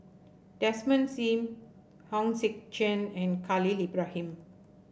Desmond Sim Hong Sek Chern and Khalil Ibrahim